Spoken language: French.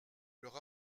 leur